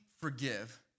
forgive